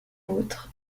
autre